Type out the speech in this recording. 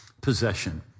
possession